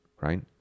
right